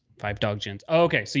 five dog gyms. ok, so you